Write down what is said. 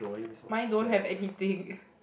mine don't have anything